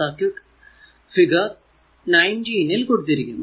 circuit figure 19 ൽ കൊടുത്തിരിക്കുന്നു